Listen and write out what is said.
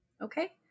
Okay